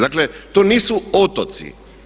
Dakle, to nisu otoci.